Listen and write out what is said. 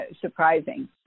surprising